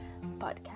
podcast